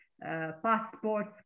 passports